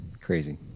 Crazy